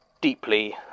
deeply